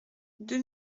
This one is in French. deux